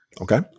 Okay